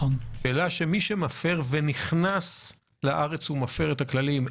אבל מי שמפר ונכנס לארץ ומפר את הכללים,